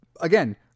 again